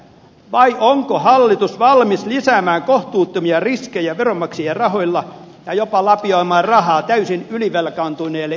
vai onko hallitus valmis lisäämään kohtuuttomia riskejä veronmaksajien rahoilla ja jopa lapioimaan rahaa täysin ylivelkaantuneelle italialle